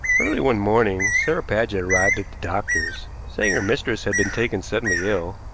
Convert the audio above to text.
early one morning sarah paget arrived at the doctor's, saying her mistress had been taken suddenly ill,